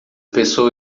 pessoa